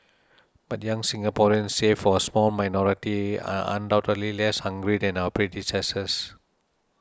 but young Singaporeans save for a small minority are undoubtedly less hungry than our predecessors